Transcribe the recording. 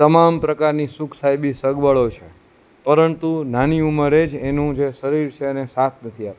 તમામ પ્રકારની સુખ સાહેબી સગવડો છે પરંતુ નાની ઉંમરે જ એનું જે શરીર છે એને સાથ નથી આપતું